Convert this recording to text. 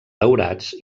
daurats